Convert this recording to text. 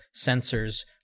sensors